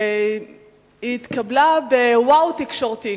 והיא התקבלה ב"וואו" תקשורתי.